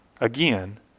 again